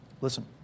Listen